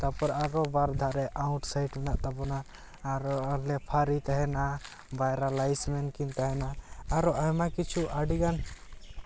ᱛᱟᱨᱯᱚᱨ ᱟᱨᱚ ᱵᱟᱨᱫᱷᱟᱨᱮ ᱟᱣᱩᱴ ᱥᱟᱭᱤᱰ ᱢᱮᱱᱟᱜ ᱛᱟᱵᱚᱱᱟ ᱟᱨ ᱨᱮᱯᱷᱟᱨᱤ ᱛᱟᱦᱮᱱᱟ ᱵᱟᱨᱭᱟ ᱞᱟᱭᱤᱥ ᱢᱮᱱ ᱠᱤᱱ ᱛᱟᱦᱮᱱᱟ ᱟᱨᱚ ᱟᱭᱢᱟ ᱠᱤᱪᱷᱩ ᱟᱹᱰᱤᱜᱟᱱ